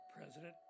President